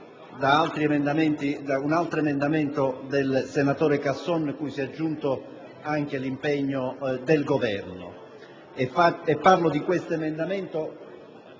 Grazie